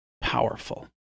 powerful